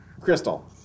Crystal